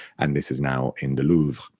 and this is now in the louvre.